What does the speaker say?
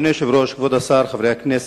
אדוני היושב-ראש, כבוד השר, חברי הכנסת,